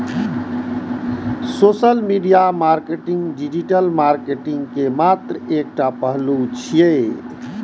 social media marketing digital marketing के मात्र एकटा पहलू छियै